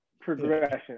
progression